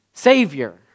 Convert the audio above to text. Savior